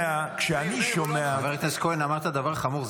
כשאני שומע --- חבר הכנסת כהן, אמרת דבר חמור.